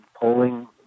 polling